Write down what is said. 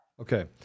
Okay